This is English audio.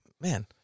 Man